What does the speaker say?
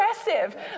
aggressive